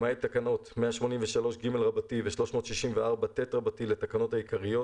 למעט תקנות 183ג ו-364ט לתקנות העיקריות